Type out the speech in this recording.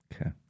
okay